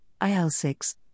IL6